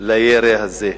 על הירי הזה,